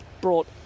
brought